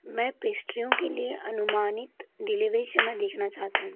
मैं पेस्ट्रियों के लिए अनुमानित डिलीवरी समय देखना चाहता हूँ